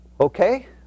Okay